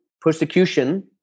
persecution